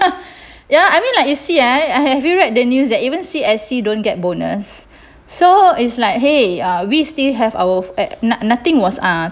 ya I mean like you see ah have you read the news that even C_S_C don't get bonus so it's like !hey! are we still have our at nothing was uh